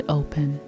open